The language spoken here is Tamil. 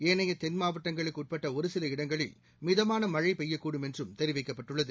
ஏனைய தென்மாவட்டங்களுக்குட்பட்டஒருசில இடங்களில் மிதமானமழைபெய்யக்கூடும் என்றும் தெரிவிக்கப்பட்டுள்ளது